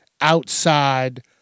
outside